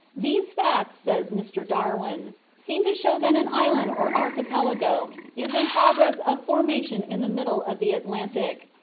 these facts, says mr. darwin, seem to show that an island or archipelago is in process of formation in the middle of the atlantic.